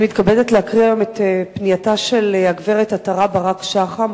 אני מתכבדת להקריא היום את פנייתה של הגברת עטרה ברק-שחם,